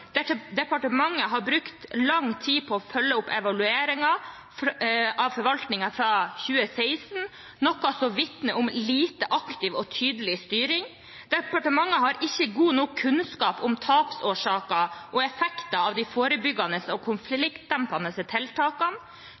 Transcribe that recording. beiteinteressene. Departementet har brukt lang tid på å følge opp evalueringen av forvaltningen fra 2016, noe som vitner om lite aktiv og lite tydelig styring. Departementet har ikke god nok kunnskap om tapsårsaker og effekter av de forebyggende og konfliktdempende tiltakene.